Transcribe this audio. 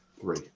Three